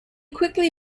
quickly